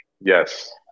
yes